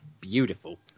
beautiful